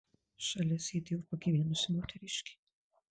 šalia sėdėjo pagyvenusi moteriškė